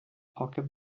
pocket